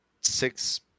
six